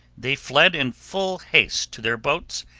they fled in full haste to their boats,